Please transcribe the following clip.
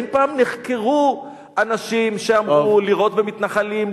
האם פעם נחקרו אנשים שאמרו לירות במתנחלים,